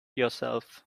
yourself